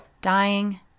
dying